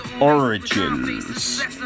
Origins